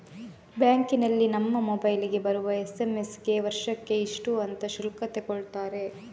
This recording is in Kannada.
ಬ್ಯಾಂಕಿನಲ್ಲಿ ನಮ್ಮ ಮೊಬೈಲಿಗೆ ಬರುವ ಎಸ್.ಎಂ.ಎಸ್ ಗೆ ವರ್ಷಕ್ಕೆ ಇಷ್ಟು ಅಂತ ಶುಲ್ಕ ತಗೊಳ್ತಾರೆ